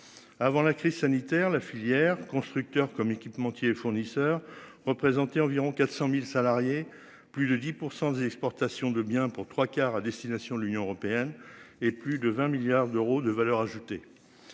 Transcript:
Avant la crise sanitaire, la filière constructeurs comme l'équipementier fournisseur représenter environ 400.000 salariés. Plus de 10% des exportations de biens pour trois quarts à destination de l'Union européenne et plus de 20 milliards d'euros de valeur ajoutée.